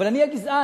אבל אני הגזען.